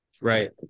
Right